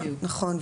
נכון.